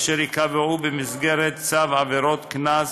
אשר ייקבע במסגרת צו עבירות קנס